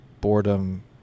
boredom